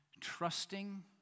trusting